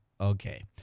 okay